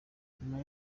nyuma